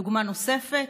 דוגמה נוספת?